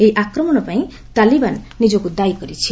ଏହି ଆକ୍ରମଣ ପାଇଁ ତାଲିବାନ ନିଜକୁ ଦାୟୀ କରିଛି